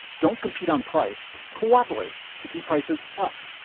don't compete on price cooperate to keep prices up.